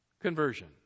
Conversion